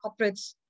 corporates